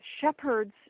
shepherds